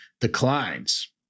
declines